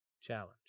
challenge